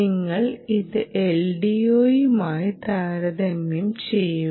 നിങ്ങൾ ഇത് LDO മായി താരതമ്യം ചെയ്യുക